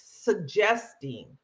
suggesting